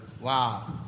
Wow